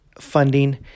funding